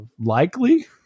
likely